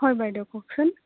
হয় বাইদেউ কওকচোন